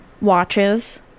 Watches